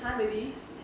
!huh! really